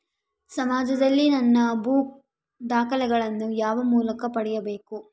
ಸಮಾಜದಲ್ಲಿ ನನ್ನ ಭೂ ದಾಖಲೆಗಳನ್ನು ಯಾವ ಮೂಲಕ ಪಡೆಯಬೇಕು?